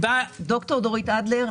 אני ד"ר דורית אדלר,